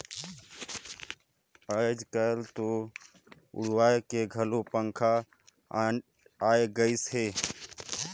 आयज कायल तो उड़वाए के घलो पंखा आये गइस हे